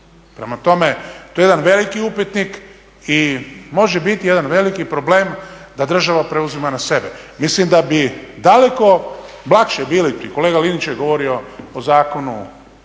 Prema tome to je jedan veliki upitnik i može biti jedan veliki problem da država preuzima na sebe. Mislim da bi daleko lakše bilo, kolega Linić je govorio o zakonu